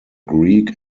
greek